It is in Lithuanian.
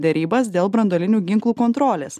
derybas dėl branduolinių ginklų kontrolės